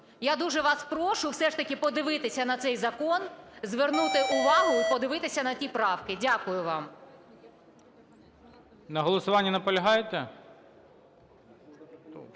Я дуже вас прошу все ж таки подивитися на цей закон, звернути увагу і подивитися на ті правки. Дякую вам. ГОЛОВУЮЧИЙ. На голосуванні наполягаєте?